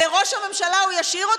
את ראש הממשלה הוא ישאיר,